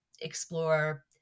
explore